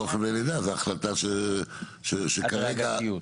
זה לא חבלי לידה, זו החלטה שכרגע הדרגתיות,